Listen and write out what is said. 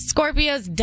Scorpios